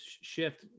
shift